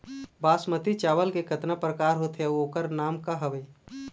बासमती चावल के कतना प्रकार होथे अउ ओकर नाम क हवे?